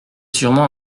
sûrement